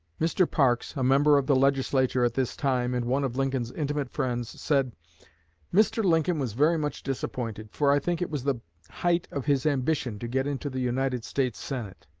mr. parks, a member of the legislature at this time, and one of lincoln's intimate friends, said mr. lincoln was very much disappointed, for i think it was the height of his ambition to get into the united states senate.